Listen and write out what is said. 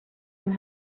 and